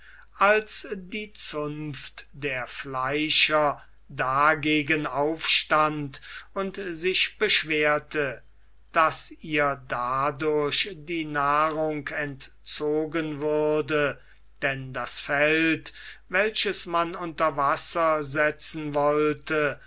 als die zunft der fleischer dagegen aufstand und sich beschwerte daß ihr dadurch die nahrung entzogen würde denn das feld welches man unter wasser setzen wollte